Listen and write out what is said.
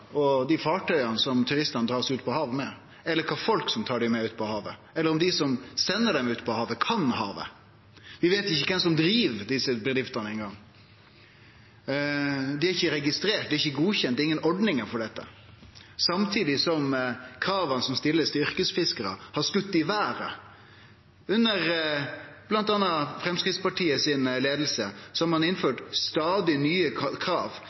og fartøya som turistane vert tekne ut på havet med, eller kva slags folk som tek dei med seg ut på havet, eller om dei som sender dei ut på havet, kan havet. Vi veit ikkje eingong kven som driv desse bedriftene. Dei er ikkje registrerte, dei er ikkje godkjende, det er ingen ordningar for dette. Samtidig har krava som blir stilte til yrkesfiskarar, skote i veret. Under leiinga til bl.a. Framstegspartiet har ein innført stadig nye krav